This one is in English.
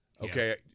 okay